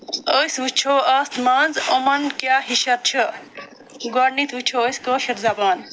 أسۍ وٕچھو اتھ منٛز یِمن کیٛاہ ہِشر چھُ گۄڈنٮ۪تھ وٕچھو أسۍ کٲشٕر زبان